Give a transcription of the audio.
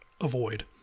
avoid